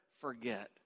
forget